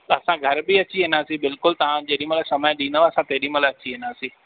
असां घरु बि अची वेंदासीं बिल्कुल तव्हां जेॾी महिल समय ॾींदव असां तेॾी महिल अची वेंदासीं